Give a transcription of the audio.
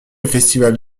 festival